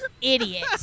idiot